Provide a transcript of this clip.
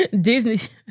Disney